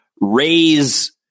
raise